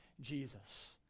Jesus